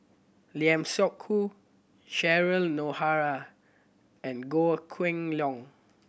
Lim Seok Hui Cheryl Noronha and Goh Kheng Long